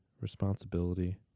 responsibility